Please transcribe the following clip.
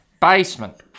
basement